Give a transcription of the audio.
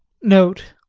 note